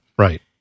Right